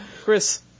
Chris